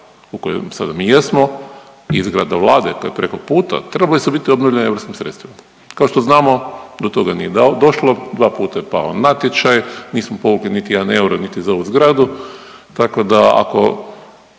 u kojem mi sada jesmo i zgrada Vlade koja je preko puta trebali su biti obnovljeni europskim sredstvima. Kao što znamo do toga nije došlo. Dva puta je pao natječaj. Nismo povukli niti jedan euro niti za ovu zgradu, tako da ako